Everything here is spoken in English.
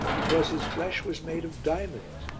because his flesh was made of diamonds,